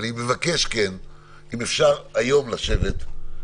אני מבקש, אם אפשר, היום לשבת.